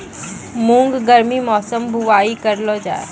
मूंग गर्मी मौसम बुवाई करलो जा?